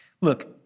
Look